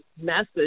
message